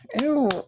Ew